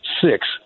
six